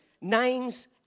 names